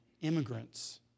immigrants